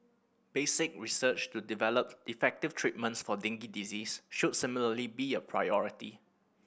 basic research to develop effective treatments for dengue disease should similarly be a priority